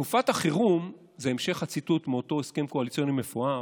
"בתקופת החירום" זה המשך הציטוט מאותו הסכם קואליציוני מפואר,